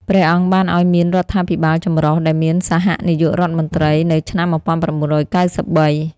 ព្រះអង្គបានឱ្យមានរដ្ឋាភិបាលចម្រុះ ដែលមានសហនាយករដ្ឋមន្រ្តីនៅឆ្នាំ១៩៩៣។